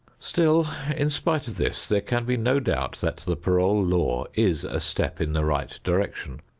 still in spite of this there can be no doubt that the parole law is a step in the right direction,